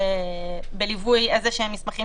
ישראלים שהתחסנו